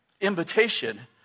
invitation